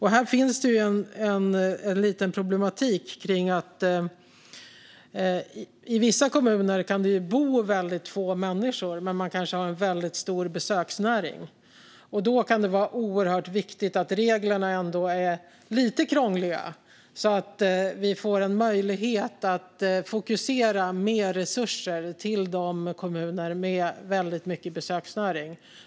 Här finns det en liten problematik: I vissa kommuner kan det bo väldigt få människor, men man kanske har en väldigt stor besöksnäring. Då kan det vara oerhört viktigt att reglerna ändå är lite krångliga så att vi får en möjlighet att fokusera mer resurser till kommuner med väldigt mycket besöksnäring.